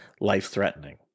life-threatening